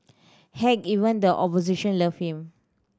heck even the opposition loved him